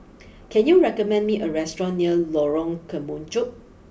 can you recommend me a restaurant near Lorong Kemunchup